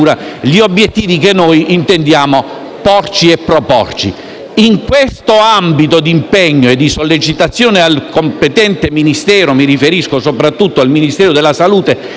porci e proporci. In questo ambito d'impegno e di sollecitazione al competente Ministero, mi riferisco soprattutto al Ministero della salute che è molto sensibile e so che in tal senso